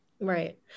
Right